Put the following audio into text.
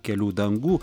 kelių dangų